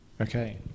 Okay